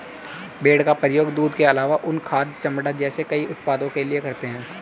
भेड़ का प्रयोग दूध के आलावा ऊन, खाद, चमड़ा जैसे कई उत्पादों के लिए करते है